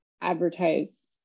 advertise